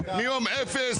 תקשיבו, כולנו אחים.